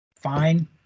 fine